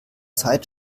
zeit